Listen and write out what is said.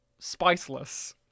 spiceless